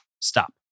stop